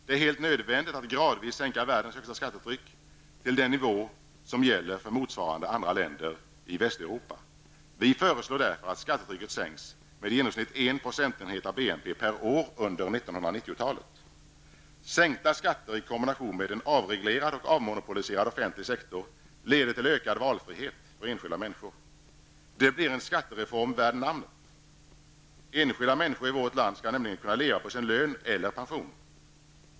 Det är helt nödvändigt att gradvis sänka världens högsta skattetryck till den nivå som gäller för motsvarande andra länder i Västeuropa. Vi föreslår därför att skattetrycket sänks med i genomsnitt 1 procentenhet av BNP per år under Sänkta skatter i kombination med en avreglerad och avmonopoliserad offentlig sektor leder till ökad valfrihet för enskilda människor. Det blir en skattereform värd namnet. Enskilda människor i vårt land skall nämligen kunna leva på sin lön eller pension.